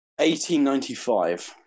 1895